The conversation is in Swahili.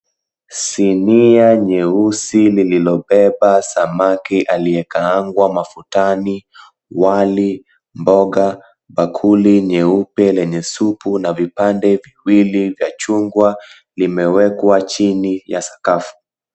Sinia nyeusi lililobeba samaki iliyekaangwa mafutani, wali, mboga, bakuli nyeupe yenye supu na vipande viwili vya chungwa limewekwa chini ya sakafu.